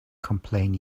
complain